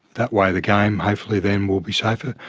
that way the game hopefully then will be safer,